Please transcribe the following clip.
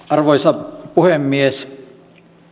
arvoisa puhemies